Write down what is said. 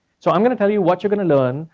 so i'm gonna tell you what you're gonna learn,